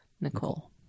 Nicole